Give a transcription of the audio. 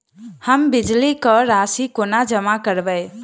हम बिजली कऽ राशि कोना जमा करबै?